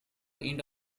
end